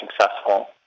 successful